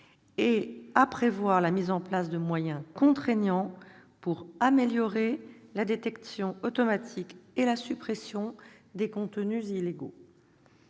et à prévoir la mise en place de moyens contraignants pour améliorer la détection automatique et la suppression des contenus illégaux.